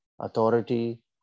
authority